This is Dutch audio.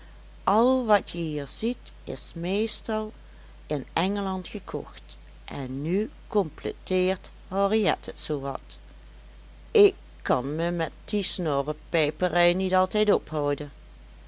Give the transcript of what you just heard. al wat je hier ziet is meestal in engeland gekocht en nu completeert henriet het zoo wat ik kan me met die snorrepijperij niet altijd ophouden